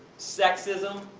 sexism.